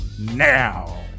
now